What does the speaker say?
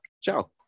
ciao